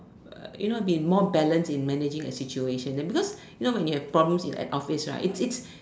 uh you know been more balance in managing a situation that because you know when you have problems in an office right it's it's